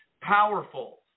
powerful